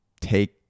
take